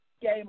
game